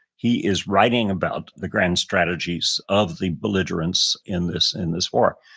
he is writing about the grand strategies of the belligerents in this in this war.